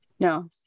No